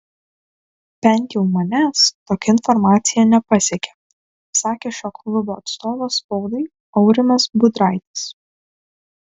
bent jau manęs tokia informacija nepasiekė sakė šio klubo atstovas spaudai aurimas budraitis